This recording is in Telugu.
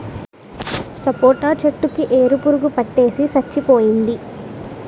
సపోటా చెట్టు కి ఏరు పురుగు పట్టేసి సచ్చిపోయింది